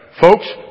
Folks